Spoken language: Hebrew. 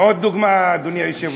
עוד דוגמה, אדוני היושב-ראש.